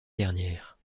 dernière